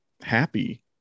happy